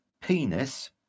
penis